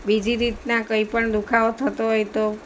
બીજી રીતના કંઈ પણ દુખાવો થતો હોય તો